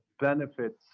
benefits